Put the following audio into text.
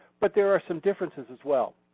but there are some differences as well.